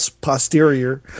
posterior